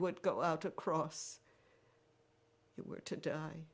would go out across it were to die